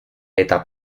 eta